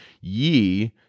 ye